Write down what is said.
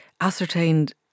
ascertained